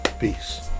Peace